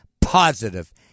positive